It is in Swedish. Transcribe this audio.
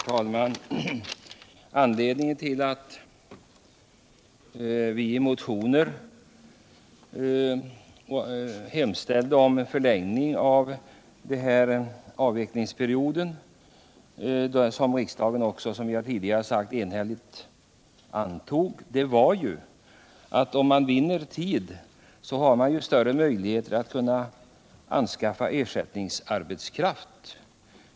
Herr talman! Anledningen till att vi i motioner hemställde om en förlängning av avvecklingsperioden — vilket förslag riksdagen också, som jag tidigare har sagt, enhälligt antog — var ju att man, om man vinner tid också har större möjligheter att anskaffa ersättningsarbetskraft.